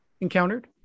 encountered